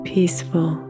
Peaceful